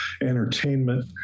entertainment